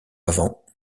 avant